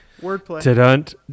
Wordplay